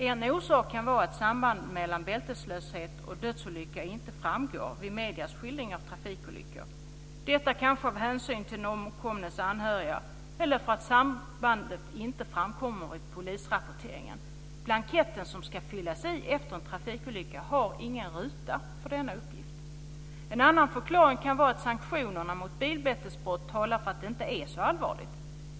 En orsak kan vara att sambandet mellan bilbälteslöshet och dödsolyckor inte framgår vid mediernas skildring av trafikolyckor - detta kanske av hänsyn till den omkomnes anhöriga - eller också framkommer inte sambandet i polisrapporteringen. Blanketten som ska fyllas i efter en trafikolycka har ingen ruta för denna uppgift.